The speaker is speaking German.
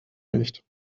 nicht